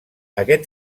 aquest